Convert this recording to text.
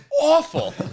awful